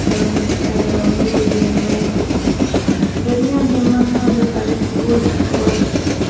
गेमें ई बड़ियां गेमां खलांदे साढ़े स्कूल होर